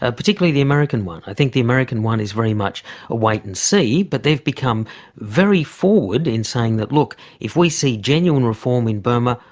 ah particularly the american one. i think the american one is very much a wait and see, but they've become very forward in saying that, look, if we see genuine reform in burma,